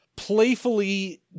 playfully